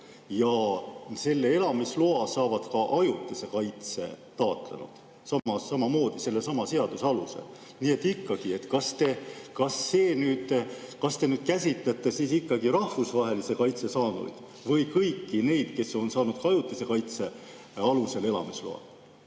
Ja selle elamisloa saavad ka ajutise kaitse taotlenud [isikud], samamoodi sellesama seaduse alusel. Nii et ikkagi, kas te käsitlete siis ikkagi rahvusvahelise kaitse saanuid või kõiki neid, kes on saanud ka ajutise kaitse alusel elamisloa?